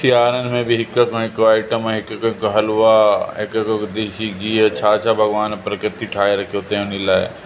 सियारनि में बि हिक खां हिक आइटम आहिनि हिक खां हिक हलिवा हिक खां हिक देसी गिहु छा छा भॻवान प्रकृति ठाहे रखियो अथईं उन लाइ